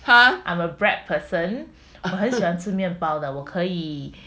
!huh!